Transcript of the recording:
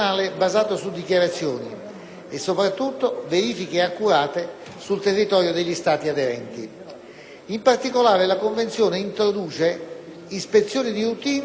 In particolare, la Convenzione introduce «ispezioni di routine» e «ispezioni su sfida», con modalità diverse anche per quanto concerne il tempo di preavviso: